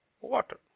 Water